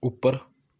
ਉੱਪਰ